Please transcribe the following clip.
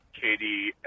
Katie